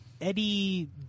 Eddie